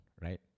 right